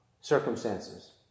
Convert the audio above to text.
circumstances